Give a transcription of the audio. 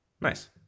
nice